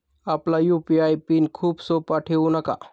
आपला UPI PIN खूप सोपा ठेवू नका